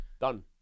Done